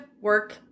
work